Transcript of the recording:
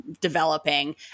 developing